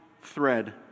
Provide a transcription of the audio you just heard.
thread